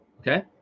okay